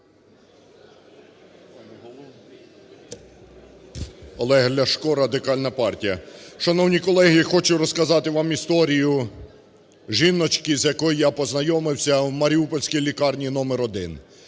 Олег Ляшко, Радикальна партія. Шановні колеги, я хочу розказати вам історію жіночки, з якою я познайомився в маріупольській лікарні № 1, коли